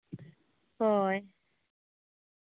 ᱦᱳᱭ